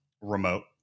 remote